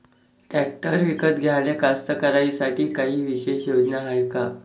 Tractor विकत घ्याले कास्तकाराइसाठी कायी विशेष योजना हाय का?